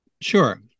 Sure